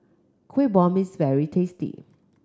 Kuih Bom is very tasty